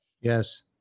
yes